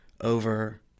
over